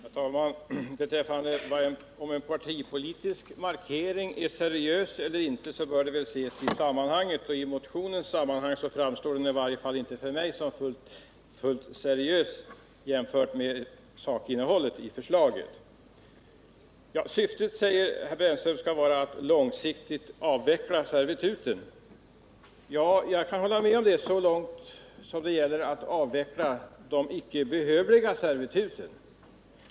Herr talman! Beträffande om en partipolitisk markering är seriös eller inte så bör det väl ses i sammanhanget, och i motionens sammanhang framstår den i varje fall för mig som inte fullt seriös jämfört med sakinnehållet i förslaget. Syftet, säger herr Brännström, skall vara att långsiktigt avveckla servituten. Ja, jag kan hålla med om det så långt som det gäller att avveckla de icke behövliga servituten.